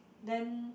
then